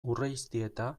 urreiztieta